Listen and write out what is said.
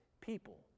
people